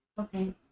Okay